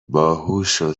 باهوشو